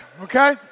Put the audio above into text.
okay